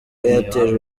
airtel